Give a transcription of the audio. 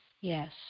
Yes